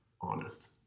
honest